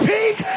peak